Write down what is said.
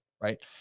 right